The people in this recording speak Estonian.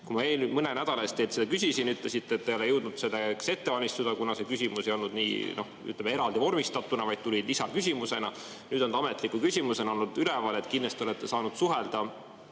Kui ma mõne nädala eest teilt seda küsisin, ütlesite, et te ei ole jõudnud selleks valmistuda, kuna see küsimus ei olnud eraldi vormistatud, vaid tuli lisaküsimusena. Nüüd on see ametliku küsimusena olnud üleval. Kindlasti olete saanud suhelda